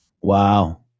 Wow